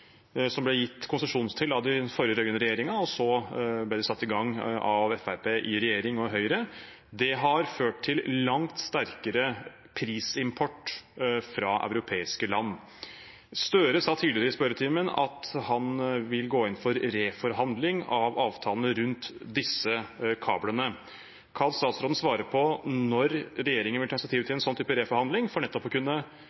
som det ble gitt konsesjon til av den forrige rød-grønne regjeringen, og som ble satt i gang av Fremskrittspartiet i regjering og Høyre. Det har ført til langt sterkere prisimport fra europeiske land. Statsminister Støre sa tidligere i spørretimen at han vil gå inn for reforhandling av avtalene rundt disse kablene. Kan statsråden svare på når regjeringen vil ta initiativ til